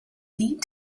need